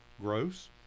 gross